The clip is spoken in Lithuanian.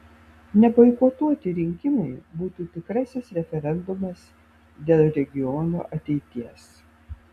neboikotuoti rinkimai būtų tikrasis referendumas dėl regiono ateities